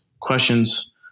questions